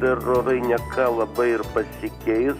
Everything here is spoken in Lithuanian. dar orai ne ką labai ir pasikeis